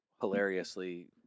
hilariously